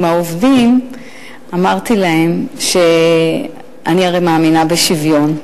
העובדים אמרתי להם שאני הרי מאמינה בשוויון,